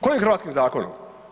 Kojim hrvatskim zakonom?